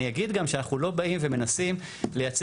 אני אגיד גם שאנחנו לא באים ומנסים לייצר